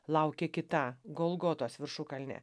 laukia kita golgotos viršukalnė